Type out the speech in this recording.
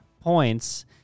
points